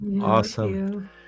Awesome